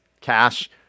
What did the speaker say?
Cash